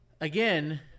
Again